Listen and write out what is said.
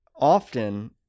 Often